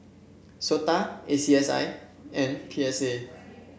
SOTA A C S I and P S A